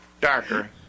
darker